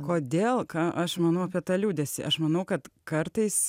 kodėl ką aš manau apie tą liūdesį aš manau kad kartais